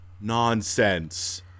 nonsense